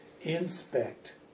inspect